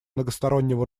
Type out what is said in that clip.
многостороннего